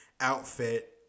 outfit